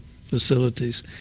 facilities